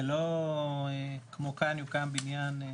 זה לא כמו כאן יוקם בנין.